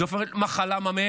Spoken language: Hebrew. זאת הופכת להיות מחלה ממארת.